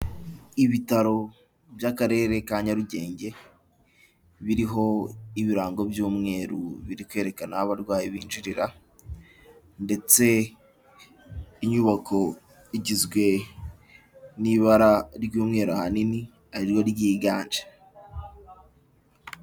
Ibitaro by'akarere ka nyarugenge biriho ibirango by'umweru biri kwerekana aho abarwayi binjirira ndetse inyubako igizwe n'ibara ry'umweru ahanini ari ryo ryiganje.